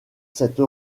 cette